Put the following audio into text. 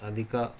అధిక